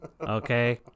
Okay